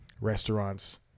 restaurants